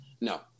No